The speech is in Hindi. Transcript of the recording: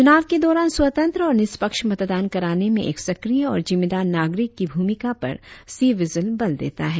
चुनाव के दौरान स्वतंत्र और निष्पक्ष मतदान कराने में एक सक्रिय और जिम्मेदार नागरिक की भूमिका पर सी विजिल बल देता है